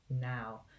now